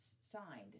signed